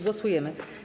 Głosujemy.